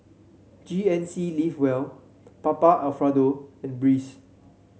G N C Live Well Papa Alfredo and Breeze